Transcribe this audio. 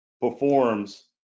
performs